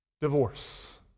divorce